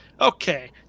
Okay